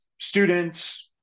students